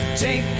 Take